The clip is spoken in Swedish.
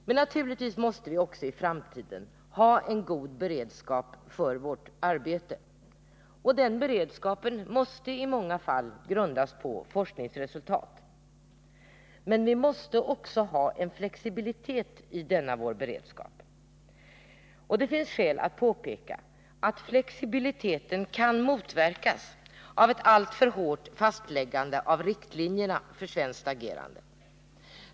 Men naturligtvis måste vi i framtiden ha en god beredskap för vårt arbete, och den beredskapen måste i många fall grundas på forskningsresultat. Vi måste också ha en flexibilitet i denna vår beredskap. Flexibiliteten kan motverkas av ett alltför hårt fastläggande av riktlinjerna för svenskt agerande.